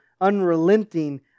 unrelenting